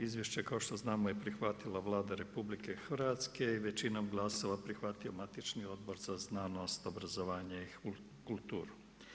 Izvješće kao što znamo je prihvatila Vlada RH i većinom glasova prihvatio matični Odbor za znanost, obrazovanje i kulturu.